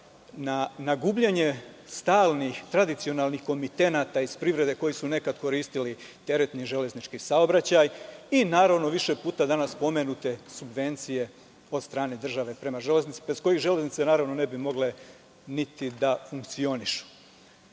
ne gubljenje stalnih i tradicionalnih komitenata iz privrede, koji su nekad koristili teretni železnički saobraćaj i, naravno, više puta danas pomenute subvencije od strane države prema železnicama, bez kojih železnice, naravno, ne bi mogle ni da funkcionišu. Sve